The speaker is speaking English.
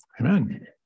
Amen